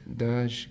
das